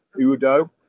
Udo